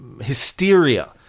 hysteria